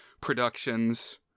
productions